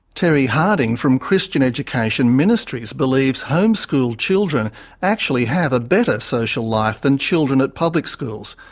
terry harding from christian education ministries believes homeschooled children actually have a better social life than children at public schools,